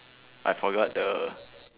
I forgot the